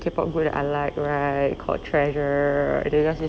K pop group that I like right called TREASURE